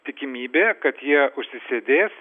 tikimybė kad jie užsisėdės